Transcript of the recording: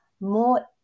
more